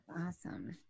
Awesome